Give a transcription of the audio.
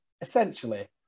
Essentially